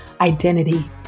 identity